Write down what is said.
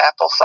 applesauce